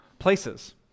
places